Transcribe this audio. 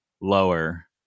lower